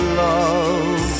love